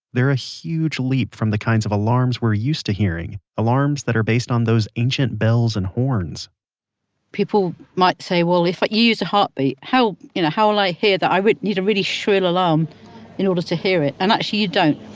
they're a huge leap from the kinds of alarms we're used to hearing, alarms that are based on those ancient bells and horns people might say, well, if but you use a heartbeat, how will i hear that? i would need a really shrill alarm in order to hear it. and actually, you don't.